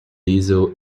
diesel